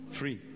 free